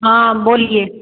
हाँ बोलिए